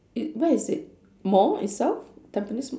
it where is it mall itself tampines ma~